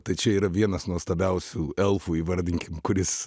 tai čia yra vienas nuostabiausių elfų įvardinkim kuris